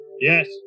Yes